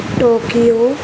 Tokyo